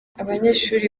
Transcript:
abanyeshuri